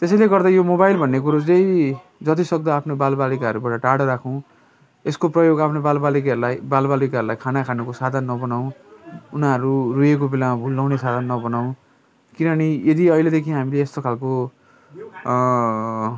त्यसैले गर्दा यो मोबाइल भन्ने कुरो चाहिँ जति सक्दो आफ्नो बाल बालिकाहरूबाट टाडो राखौँ यसको प्रयोग आफ्नो बाल बालिकाहरूलाई बाल बालिकाहरूलाई खाना खानुको साधन नबनाउ उनीहरू रोएको बेला भुलाउने साधन नबनाउ किनभने यदि अहिलेदेखि हामीले यस्तो खाले